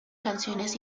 canciones